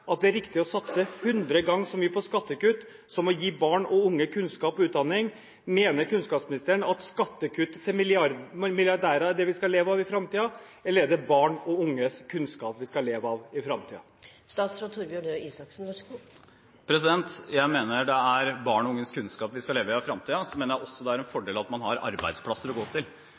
at det er riktig å satse 100 ganger så mye på skattekutt som å gi barn og unge kunnskap og utdanning? Mener kunnskapsministeren at skattekutt til milliardærer er det vi skal leve av framtiden, eller er det barn og unges kunnskap vi skal leve av i framtiden? Jeg mener det er barn og unges kunnskap vi skal leve av i fremtiden. Jeg mener også det er en fordel at man har arbeidsplasser å gå til.